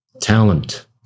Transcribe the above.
talent